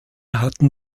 hatten